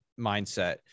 mindset